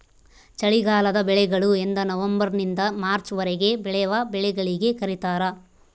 ಚಳಿಗಾಲದ ಬೆಳೆಗಳು ಎಂದನವಂಬರ್ ನಿಂದ ಮಾರ್ಚ್ ವರೆಗೆ ಬೆಳೆವ ಬೆಳೆಗಳಿಗೆ ಕರೀತಾರ